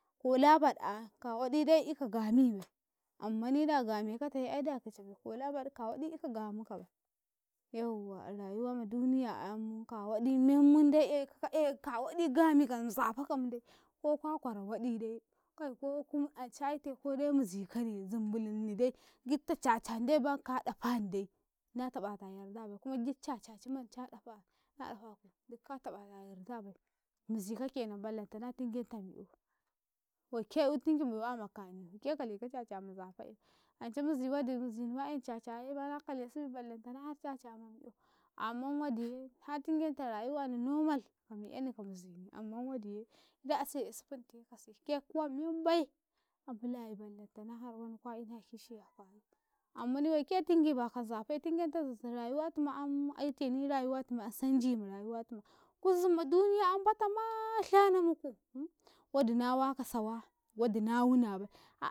Kola baɗa ayen ka waɗi dai ika gamibai, ammani da gamekataye aida kicabai, kola baɗu ka waɗi ika gamukabai yauwa a rayuwa ma duniya yam ka waɗi men mundai eka ka ea ka waɗi gami kan zafakam de ko kwaro waɗi de kai ko kum anca aite kode mizikane zumbu linne de jiɗta cacani de bam ka ɗafani de na takanta yardabai, kuma giɗ ta ƃ ata yaardabai, mizika kenam ballanta tingenta mi"yoo, waike eutinki maiwa ma kani, waike kaleka caca man nzafale, ance miziwadi mizinima eni cacaye na kale sebai ballatana har cacama miyow, amman wadiye ha tingenta rayuwaniu normal ka mi'yani ka mizini, amman wadiye gidi ase yasi funtekasi ke kuwammenbaii ambulayi ballantana har kwa ina kishi a kayi, ammani waika tingi ba kan nzafale tungentazzu rayuwa tumu amm cite ni rayuwatumassanji ma rayuwatum kuzumma duniya amm mbatamaa shana muku wadi nawaka sawa wadi na wunabai.